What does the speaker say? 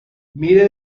mide